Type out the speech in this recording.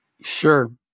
Sure